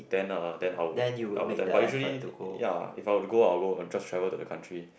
then uh then I would I would attend but usually ya if I were to go I go just travel to the country